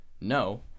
No